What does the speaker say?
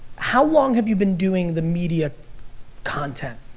how long have you been doing the media content?